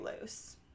loose